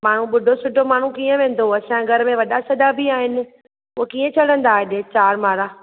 माण्हू ॿुढो सुढो माण्हू कीअं वेंदो असांजे घरु मे वॾा सॾा बि आहिनि हू कीअं चढ़ंदा हेॾे चारि माड़ा